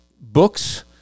books